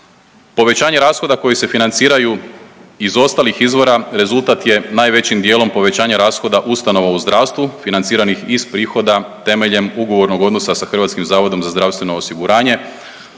Povećanje rashoda koji se financiraju iz ostalih izvora rezultat je najvećim dijelom povećanja rashoda ustanova u zdravstvu financiranih iz prihoda temeljem ugovornog odnosa sa HZZO-om u iznosu od 1,2 milijarde